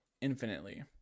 infinitely